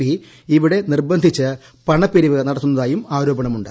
P ഇവിടെ നിർബന്ധിച്ച് പണപ്പിരിവ് നടത്തുന്നതായും ആരോപണമുണ്ട്